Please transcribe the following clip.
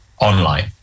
online